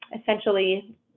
essentially